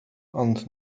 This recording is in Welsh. ond